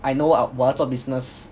I know what 我要做 business